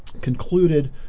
concluded